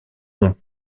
ont